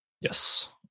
Yes